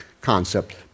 concept